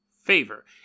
favor